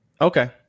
Okay